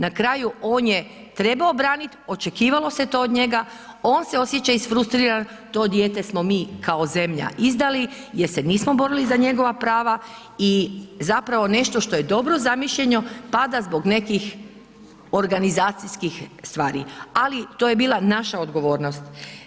Na kraju on je trebao branit, očekivalo se to od njega, on se osjeća isfrustriran, to dijete smo mi kao zemlja izdali jer se nismo borili za njegova prava i zapravo nešto što je dobro zamišljeno pada zbog nekih organizacijskih stvari, ali to je bila naša odgovornost.